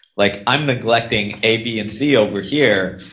like i'm neglecting a, b and c over here.